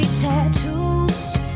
tattoos